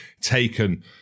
taken –